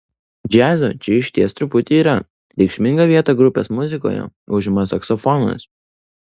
džiazo čia išties truputį yra reikšmingą vietą grupės muzikoje užima saksofonas